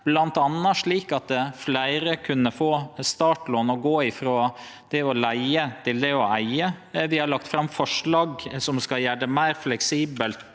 bl.a. slik at fleire kunne få startlån og gå frå det å leige til det å eige. Vi har lagt fram forslag som skal gjere det meir fleksibelt